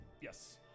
Yes